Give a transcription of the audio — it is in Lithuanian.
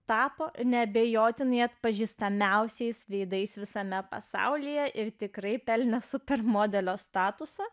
tapo neabejotinai atpažįstamiausia veidais visame pasaulyje ir tikrai pelnė super modelio statusą